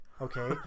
Okay